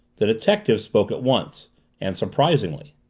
the detective spoke at once and surprisingly.